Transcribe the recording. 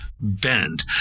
bend